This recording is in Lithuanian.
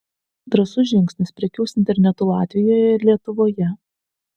drąsus žingsnis prekiaus internetu latvijoje ir lietuvoje